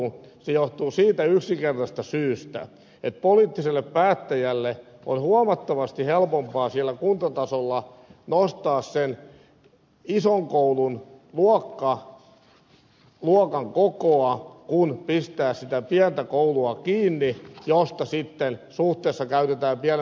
se johtuu siitä yksinkertaisesta syystä että poliittiselle päättäjälle on huomattavasti helpompaa siellä kuntatasolla nostaa sen ison koulun luokkien kokoa kuin pistää sitä pientä koulua kiinni jossa sitten suhteessa käytetään pienemmälle opiskelijamäärälle isompaa opettajaresurssia